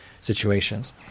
situations